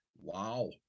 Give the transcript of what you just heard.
wow